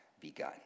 begun